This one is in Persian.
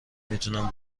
میتونم